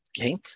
okay